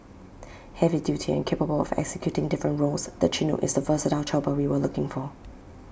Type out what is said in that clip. heavy duty and capable of executing different roles the Chinook is the versatile chopper we were looking for